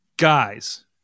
Guys